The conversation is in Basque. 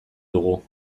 dugu